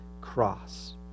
cross